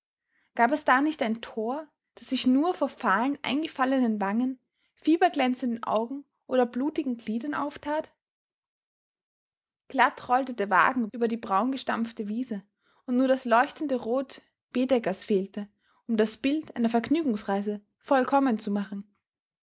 gab es da nicht ein tor das sich nur vor fahlen eingefallenen wangen fieberglänzenden augen oder blutigen gliedern auftat glatt rollte der wagen über die braungestampfte wiese und nur das leuchtende rot baedeckers fehlte um das bild einer vergnügungsreise vollkommen zu machen